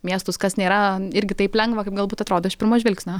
miestus kas nėra irgi taip lengva kaip galbūt atrodo iš pirmo žvilgsnio